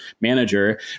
manager